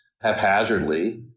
haphazardly